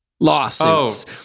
lawsuits